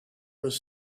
was